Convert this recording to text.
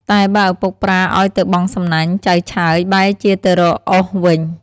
តែបើឪពុកប្រើឱ្យទៅបង់សំណាញ់ ចៅឆើយបែរជាទៅរកឱសវិញ ។